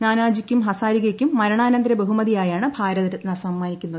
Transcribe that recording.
നാനാജിക്കും ഹസാരികയ്ക്കും മരണാനന്തര ബഹുമതിയായാണ് ഭാരത രത്ന സമ്മാനിക്കുന്നത്